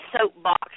soapbox